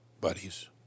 buddies